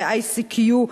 ב-ICQ,